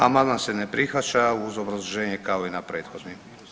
Amandman se ne prihvaća uz obrazloženje kao i na prethodni.